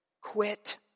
Quit